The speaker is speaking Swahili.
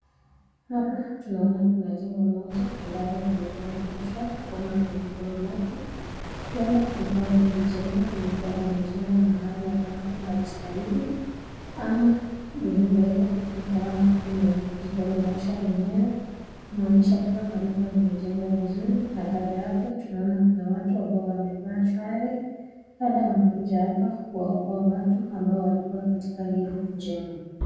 Hapa tunaona kuna jengo moja ambalo limeporomoshwa ama limeporomoka. Huenda ikawa hili jengo lilikua limejengwa mahali ambapo halistahili ama liliweza likawa limejiporomosha lenyewe kumaanisha kua halikua limejengwa vizuri na kando yake tunaona kuna watu ambao wamevaa sare labda wamekuja hapa kuwaokoa watu ambao walikua katika hilo jengo.